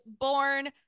Born